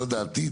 זו דעתי,